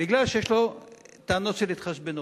כי יש לו טענות של התחשבנות.